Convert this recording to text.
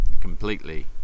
completely